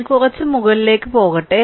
ഞാൻ കുറച്ച് മുകളിലേക്ക് പോകട്ടെ